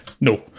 No